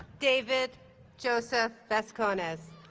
david joseph vascones